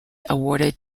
awarded